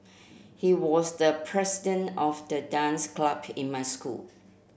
he was the president of the dance club in my school